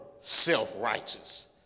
self-righteous